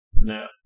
No